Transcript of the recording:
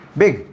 big